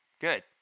Good